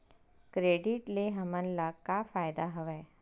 Credit ले हमन ला का फ़ायदा हवय?